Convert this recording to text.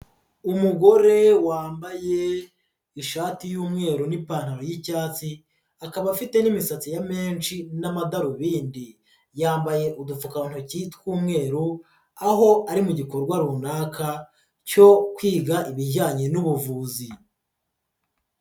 Umugore wambaye ishati y'umweru n'ipantaro y'icyatsi akaba afite n'imisatsi ya menshi n'amadarubindi yambaye udupfukantoki tw'umweru aho ari mu gikorwa runaka cyo kwiga ibijyanye n'ubuvuzi.